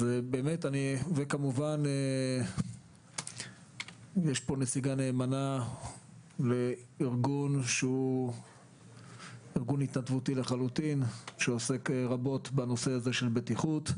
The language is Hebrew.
וכמובן יש פה נציגה נאמנה לארגון התנדבות שעוסק רבות בנושא הבטיחות,